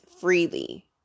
freely